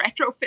retrofit